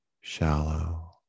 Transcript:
shallow